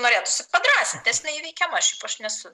norėtųsi padrąsinti nes jinai įveikiama šaip aš nesu